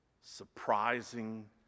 surprising